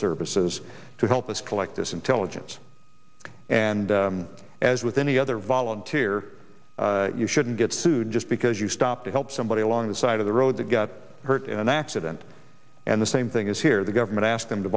services to help us collect this intelligence and as with any other volunteer you shouldn't get sued just because you stop to help somebody along the side of the road to get hurt in an accident and the same thing is here the government asked them to